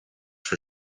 for